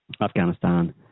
Afghanistan